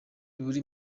buri